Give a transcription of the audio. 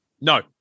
no